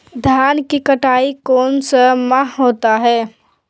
धान की कटाई कौन सा माह होता है?